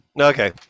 Okay